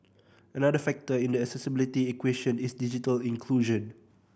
another factor in the accessibility equation is digital inclusion